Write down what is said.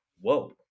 whoa